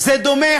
זה דומה,